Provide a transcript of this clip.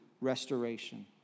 restoration